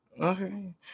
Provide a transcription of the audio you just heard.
Okay